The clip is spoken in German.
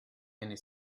eine